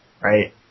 Right